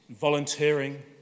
volunteering